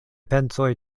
pensoj